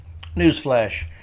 Newsflash